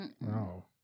No